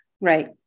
right